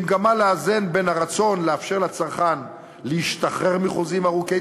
במגמה לאזן בין הרצון לאפשר לצרכן להשתחרר מחוזים ארוכי